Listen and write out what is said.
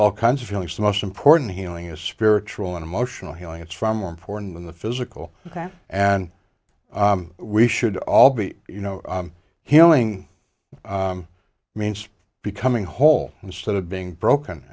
all kinds of feelings the most important healing is spiritual and emotional healing it's far more important than the physical and we should all be you know healing means becoming whole instead of being broken